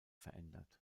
verändert